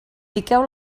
piqueu